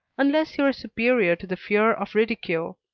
unless you are superior to the fear of ridicule.